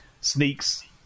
sneaks